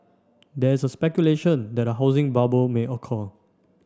there is a speculation that a housing bubble may occur